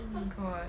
oh my god